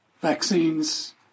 vaccines